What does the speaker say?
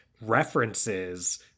references